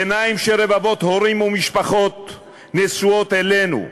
עיניים של רבבות הורים ומשפחות נשואות אלינו.